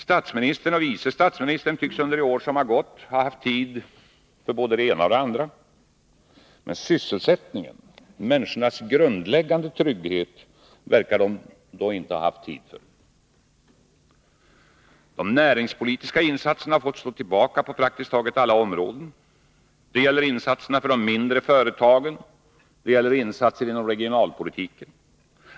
Statsministern och vice statsministern tycks under det år som har gått ha haft tid för både det ena och det andra, men sysselsättningen, människornas grundläggande trygghet, verkar de då inte ha haft tid för. De näringspolitiska insatserna har fått stå tillbaka på praktiskt taget alla områden. Det gäller insatserna för de mindre företagen lika regionalpolitiken.